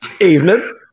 Evening